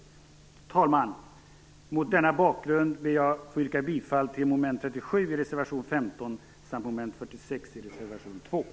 Herr talman! Mot denna bakgrund ber jag att få yrka bifall till reservation 15 under mom. 37 samt reservation 2 under mom. 46.